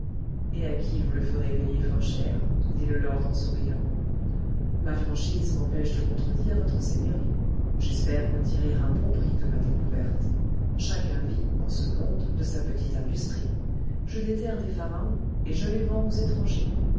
et à qui vous le ferez payer fort cher dit le lord en souriant ma franchise m'empêche de contredire votre seigneurie j'espère retirer un bon prix de ma découverte chacun vit en ce monde de sa petite industrie je déterre des pharaons et je les vends aux étrangers